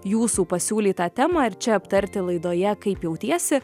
jūsų pasiūlytą temą ir čia aptarti laidoje kaip jautiesi